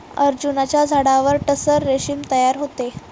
अर्जुनाच्या झाडावर टसर रेशीम तयार होते